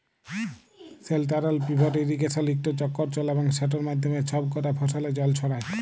central pivot ইরিগেসলে ইকট চক্কর চলে এবং সেটর মাধ্যমে ছব কটা ফসলে জল ছড়ায়